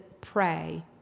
pray